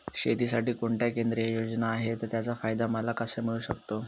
शेतीसाठी कोणत्या केंद्रिय योजना आहेत, त्याचा फायदा मला कसा मिळू शकतो?